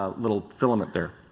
ah little filament there.